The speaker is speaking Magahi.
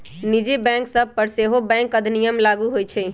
निजी बैंक सभ पर सेहो बैंक अधिनियम लागू होइ छइ